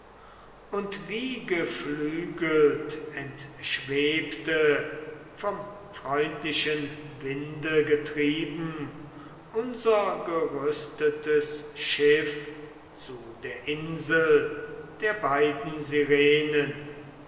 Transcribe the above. und wie geflügelt entschwebte vom freundlichen winde getrieben unser gerüstetes schiff zu der insel der beiden